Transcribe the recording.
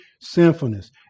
sinfulness